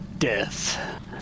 Death